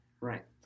Right